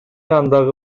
андагы